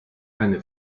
eine